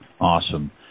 Awesome